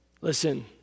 Listen